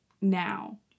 now